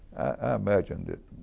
i imagine that,